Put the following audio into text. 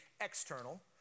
external